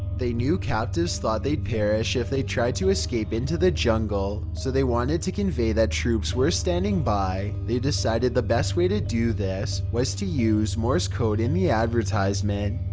they knew captives thought they'd parish if they tried to escape into the jungle, so they wanted to convey that troops were standing by. they decided the best way to do this was to use morse code in an advertisement.